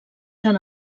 tant